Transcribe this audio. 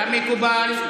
ומפה, כמקובל.